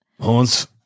Horns